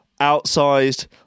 outsized